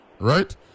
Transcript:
Right